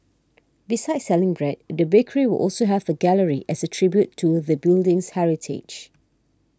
besides selling bread the bakery will also have a gallery as a tribute to the building's heritage